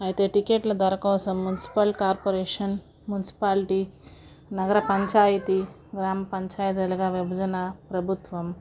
అయితే టికెట్ల ధర కోసం మున్సిపల్ కార్పొరేషన్ మున్సిపాలిటీ నగర పంచాయతీ గ్రామపంచాయతీలుగా విభజన ప్రభుత్వం